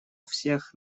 всех